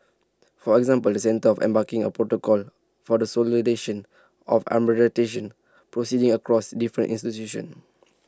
for example the centre of embarking A protocol for the of proceedings across different institutions